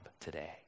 today